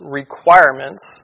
requirements